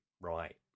right